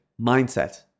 mindset